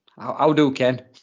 How-do-ken